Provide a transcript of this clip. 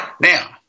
Now